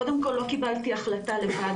קודם כל, לא קיבלתי החלטה לבד